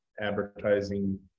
advertising